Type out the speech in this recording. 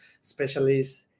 specialist